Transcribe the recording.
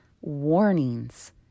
warnings